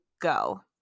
go